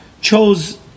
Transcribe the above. chose